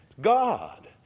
God